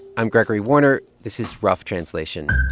i'm gregory warner. this is rough translation.